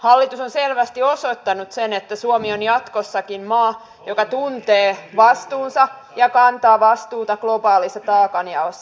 hallitus on selvästi osoittanut sen että suomi on jatkossakin maa joka tuntee vastuunsa ja kantaa vastuuta globaalissa taakanjaossa